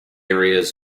areas